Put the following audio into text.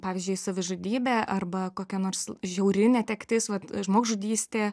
pavyzdžiui savižudybė arba kokia nors žiauri netektis vat žmogžudystė